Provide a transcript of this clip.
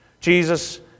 Jesus